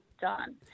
done